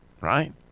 right